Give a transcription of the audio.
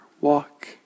walk